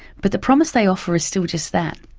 but the promise they offer is still just that,